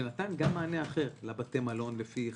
שנתנו גם מענה אחר לבתי מלון לפי חדרים,